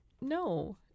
No